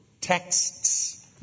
Texts